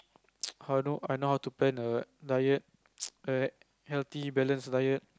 how know I know how to plan a diet alright healthy balance diet